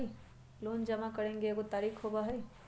Loan जमा करेंगे एगो तारीक होबहई?